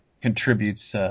contributes